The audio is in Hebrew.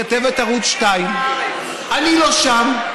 כתבת ערוץ 2. אני לא שם.